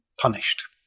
punished